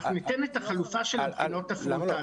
אנחנו ניתן את החלופה של הבחינות הפרונטליות.